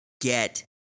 get